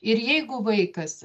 ir jeigu vaikas